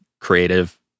creative